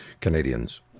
Canadians